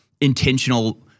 intentional